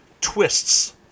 twists